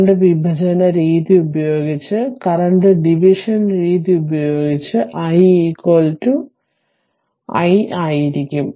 current വിഭജന രീതി ഉപയോഗിച്ച് കറന്റ് ഡിവിഷൻ രീതി ഉപയോഗിച്ച് i i ആയിരിക്കും